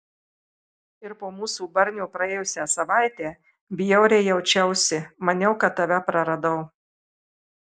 ir po mūsų barnio praėjusią savaitę bjauriai jaučiausi maniau kad tave praradau